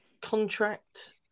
contract